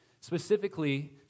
specifically